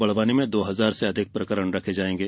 बंडवानी में दो हजार से अधिक प्रकरण रखे जायेंगे